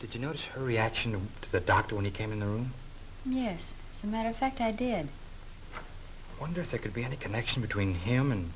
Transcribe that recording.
did you notice her reaction to that doctor when he came in the room here matter of fact i did wonder if it could be any connection between him and